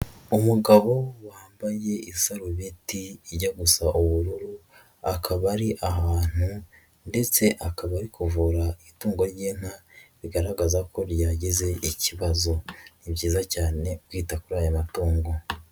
Umugabo wambaye isarubeti ijya gusa ubururu, akaba ari ahantu ndetse akaba ari kuvura itungo ry'inka bigaragaza ko ryagize ikibazo. Ni byiza cyane kwita kuri aya matungo.